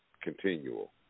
continual